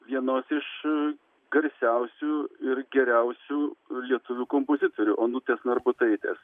vienos iš garsiausių ir geriausių lietuvių kompozitorių onutės narbutaitės